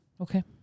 Okay